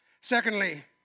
Secondly